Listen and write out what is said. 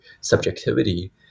subjectivity